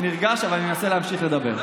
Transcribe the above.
אני נרגש, אבל אני אנסה להמשיך לדבר.